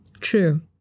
True